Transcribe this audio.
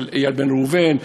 של איל בן ראובן,